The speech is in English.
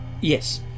Yes